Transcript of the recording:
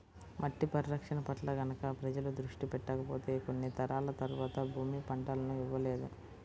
మట్టి పరిరక్షణ పట్ల గనక ప్రజలు దృష్టి పెట్టకపోతే కొన్ని తరాల తర్వాత భూమి పంటలను ఇవ్వలేదు